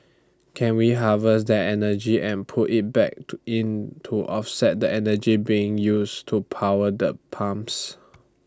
can we harvest that energy and put IT back to in to offset the energy being used to power the pumps